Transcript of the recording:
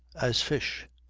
as fish?